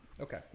Okay